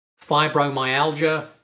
Fibromyalgia